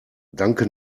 danke